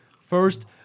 First